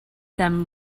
them